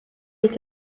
est